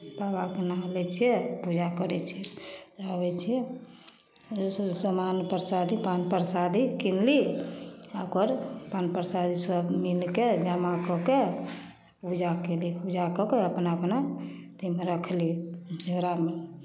बाबाके नाम लै छियै पूजा करै छै अबै छियै जे सभ सामान परसादी पान परसादी किनली आओर ओकर पान परसादीसभ मिलि कऽ जमा कऽ के पूजा कयली पूजा कऽ के अपना अपना अथिमे रखली झोरामे